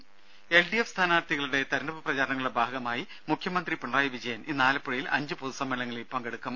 ദേഴ എൽഡിഎഫ് സ്ഥാനാർത്ഥികളുടെ തെരഞ്ഞെടുപ്പ് പ്രചാരണങ്ങളുടെ ഭാഗമായി മുഖ്യമന്ത്രി പിണറായി വിജയൻ ഇന്ന് ആലപ്പുഴയിൽ അഞ്ച് പൊതുസമ്മേളനങ്ങളിൽ പങ്കെടുക്കും